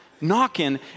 knocking